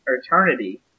eternity